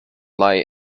lie